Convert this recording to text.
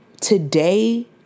today